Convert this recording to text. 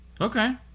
Okay